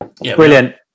brilliant